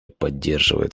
поддерживает